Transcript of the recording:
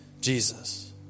Jesus